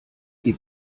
die